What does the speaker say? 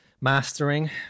mastering